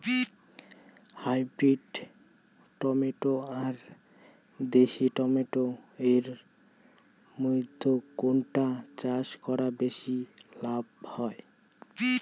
Hybrid tomato আর দেশি tomato এর মইধ্যে কোনটা চাষ করা বেশি লাভ হয়?